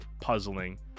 puzzling